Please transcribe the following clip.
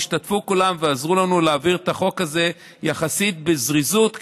שהשתתפו כולם ועזרו לנו להעביר את החוק הזה בזריזות יחסית,